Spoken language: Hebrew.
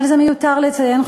אבל זה מיותר לציין,